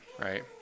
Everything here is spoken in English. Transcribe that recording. right